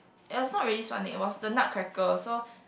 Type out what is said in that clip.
and it was not really Swan Lake it was the Nutcracker so